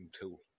tool